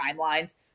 timelines